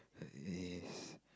yes